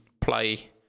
play